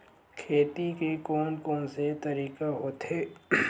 खेती के कोन कोन से तरीका होथे?